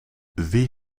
wie